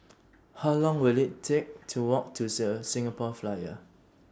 How Long Will IT Take to Walk to The Singapore Flyer